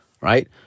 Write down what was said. right